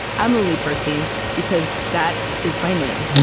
i'm lily percy, because that is my name